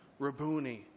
Rabuni